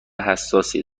حساسی